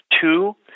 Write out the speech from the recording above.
Two